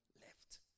left